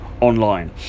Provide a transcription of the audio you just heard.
online